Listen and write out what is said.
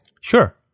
sure